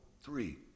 three